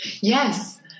Yes